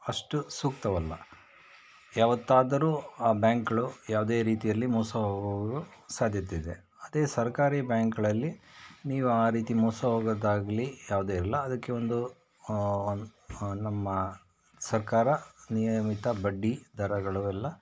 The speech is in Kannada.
ಅಷ್ಟು ಸೂಕ್ತವಲ್ಲ ಯಾವತ್ತಾದರೂ ಆ ಬ್ಯಾಂಕ್ಗಳು ಯಾವುದೇ ರೀತಿಯಲ್ಲಿ ಮೋಸ ಸಾಧ್ಯತೆಯಿದೆ ಅದೇ ಸರ್ಕಾರಿ ಬ್ಯಾಂಕ್ಗಳಲ್ಲಿ ನೀವು ಆ ರೀತಿ ಮೋಸ ಹೋಗೋದಾಗ್ಲಿ ಯಾವ್ದೂ ಇರಲ್ಲ ಅದಕ್ಕೆ ಒಂದು ನಮ್ಮ ಸರ್ಕಾರ ನಿಯಮಿತ ಬಡ್ಡಿ ದರಗಳು ಎಲ್ಲ